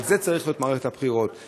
ועל זה צריכה להיות מערכת הבחירות,